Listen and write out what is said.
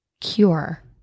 cure